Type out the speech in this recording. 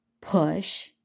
push